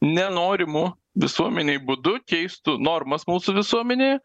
ne norimu visuomenei būdu keistų normas mūsų visuomenėje